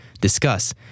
discuss